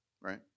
Right